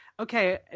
okay